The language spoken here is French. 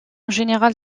général